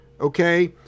okay